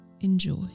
enjoy